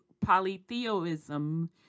polytheism